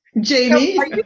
Jamie